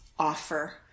Offer